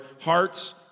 hearts